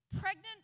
pregnant